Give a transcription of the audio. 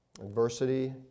adversity